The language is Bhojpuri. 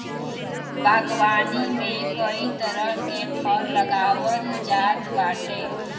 बागवानी में कई तरह के फल लगावल जात बाटे